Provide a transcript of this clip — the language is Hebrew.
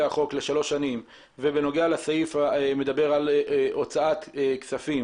החוק לשלוש שנים ובנוגע לסעיף שמדבר על הוצאת כספים